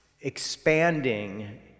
expanding